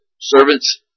servant's